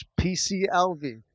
PCLV